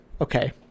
okay